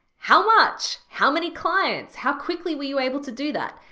how much, how many clients? how quickly were you able to do that?